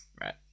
right